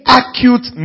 acute